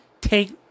take